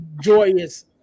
joyous